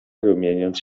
rumieniąc